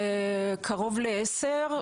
קרוב לעשרה.